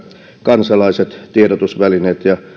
kansalaiset tiedotusvälineet ja